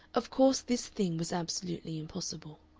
of course this thing was absolutely impossible.